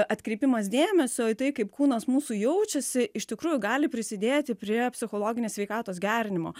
atkreipimas dėmesio į tai kaip kūnas mūsų jaučiasi iš tikrųjų gali prisidėti prie psichologinės sveikatos gerinimo